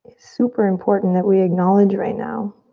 super important that we acknowledge right now.